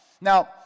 Now